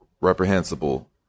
reprehensible